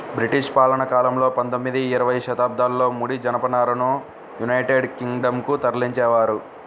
British పాలనాకాలంలో పందొమ్మిది, ఇరవై శతాబ్దాలలో ముడి జనపనారను యునైటెడ్ కింగ్ డం కు తరలించేవారు